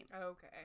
Okay